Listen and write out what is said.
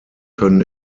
können